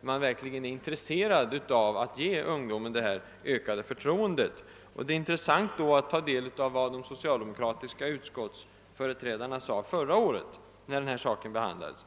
som verkligen är intresserad av att ge ungdomen detta ökade förtroende. Det är intressant att ta del av vad de socialdemokratiska utskottsföreträdarna sade förra året när den här frågan behandlades.